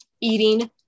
Eating